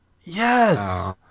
Yes